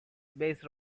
based